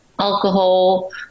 alcohol